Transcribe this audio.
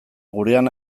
gurean